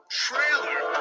trailer